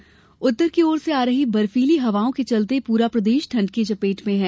मौसम उत्तर की ओर से आ रही बर्फीली हवाओं के चलते पूरा प्रदेश ठंड की चपेट में है